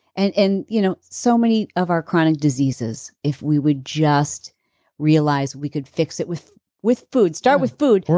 and and you know so many of our chronic diseases, if we would just realize we could fix it with with food. start with food,